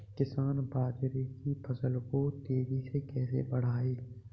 किसान बाजरे की फसल को तेजी से कैसे बढ़ाएँ?